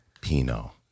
Pino